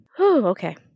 Okay